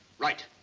right.